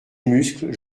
muscles